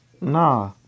Nah